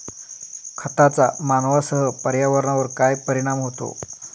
खतांचा मानवांसह पर्यावरणावर काय परिणाम होतो?